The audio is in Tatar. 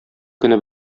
көне